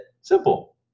simple